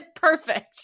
perfect